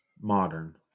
Modern